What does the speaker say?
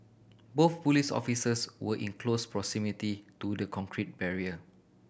both police officers were in close proximity to the concrete barrier